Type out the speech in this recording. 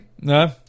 no